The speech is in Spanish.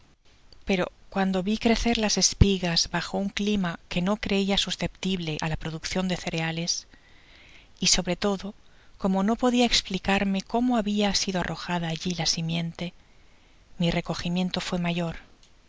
pero cuando vi crecer las espigas bajo un clima que no creia susceptible á la produccion de cereales y sobre todo como no podia espumarme cómo habia sido arrojada alli la simiente mi recogimiento fué mayor